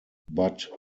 but